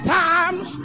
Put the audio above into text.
times